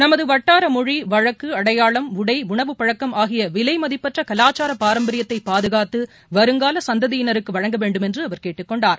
நமதுவட்டாரமொழி அடையாளம் உடைஉணவுப்பழக்கம் வழக்கு ஆகியவிலைமதிப்பற்றகலாச்சாரபாரம்பரியத்தைபாதுகாத்து வருங்காலசந்ததியினருக்குவழங்கவேண்டும் என்றுஅவர் கேட்டுக்கொண்டார்